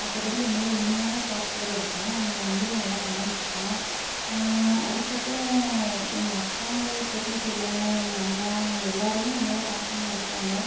மற்றபடி என் மேலே உண்மையான பாசத்தோடு இருப்பான் என்னை வந்துட்டு நல்லா கவனித்துப்பான் அதுக்கப்பறம் எங்கள் அக்காங்கள் பற்றி சொல்லணும் எங்கள் அண்ணன் அவங்க எல்லாருமே என் மேலே பாசமாக இருப்பாங்க